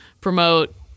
promote